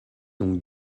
donc